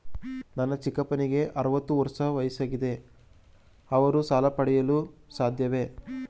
ನನ್ನ ಚಿಕ್ಕಪ್ಪನಿಗೆ ಅರವತ್ತು ವರ್ಷ ವಯಸ್ಸಾಗಿದೆ ಅವರು ಸಾಲ ಪಡೆಯಲು ಸಾಧ್ಯವೇ?